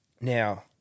Now